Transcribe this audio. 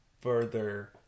further